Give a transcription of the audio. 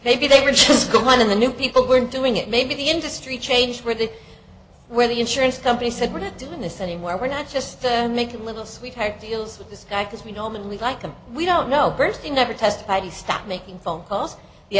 maybe they were just going in the new people were doing it maybe the industry changed where they were the insurance company said we're not doing this anymore we're not just making little sweetheart deals with this guy because we know him and we like him we don't know bursting never testified he stopped making phone calls